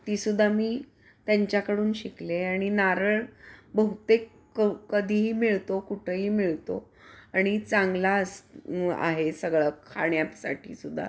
ती सुद्धा मी त्यांच्याकडून शिकले आणि नारळ बहुतेक क कधीही मिळतो कुठंही मिळतो आणि चांगला अस आहे सगळं खाण्यासाठी सुद्धा